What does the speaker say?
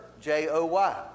J-O-Y